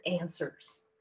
answers